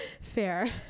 fair